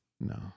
No